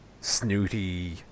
snooty